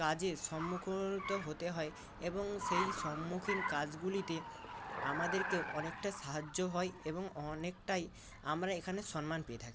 কাজে সম্মুখ হয়তো হতে হয় এবং সেই সম্মুখীন কাজগুলিতে আমাদেরকেও অনেকটা সাহায্য হয় এবং অনেকটাই আমরা এখানে সম্মান পেয়ে থাকি